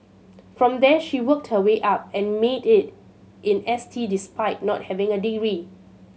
from there she worked her way up and made it in S T despite not having a degree